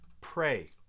pray